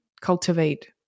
cultivate